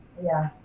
yeah.